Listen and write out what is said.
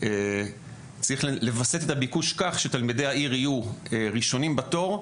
צריך לווסת את הביקוש כך שתלמידי העיר יהיו ראשונים בתור,